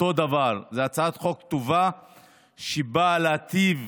אותו דבר: זו הצעת חוק טובה שבאה להיטיב